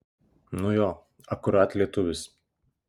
nu jo akurat lietuvis